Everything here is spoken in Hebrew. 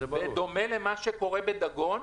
בדומה למה שקורה בדגון.